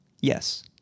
Yes